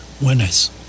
winners